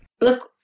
Look